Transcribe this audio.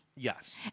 Yes